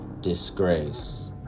disgrace